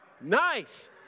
Nice